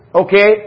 okay